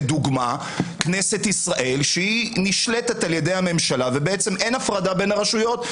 כדוגמה כנסת ישראל שנשלטת על ידי הממשלה ואין הפרדה בין הרשויות.